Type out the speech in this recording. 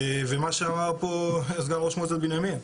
ומה שאמר פה סגן ראש מועצת בנימין,